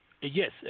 Yes